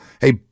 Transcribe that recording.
hey